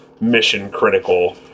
mission-critical